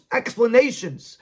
explanations